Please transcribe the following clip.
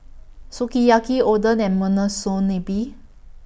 Sukiyaki Oden and Monsunabe